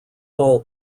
all